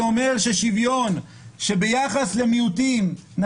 ואומר ששוויון ביחס למיעוטים,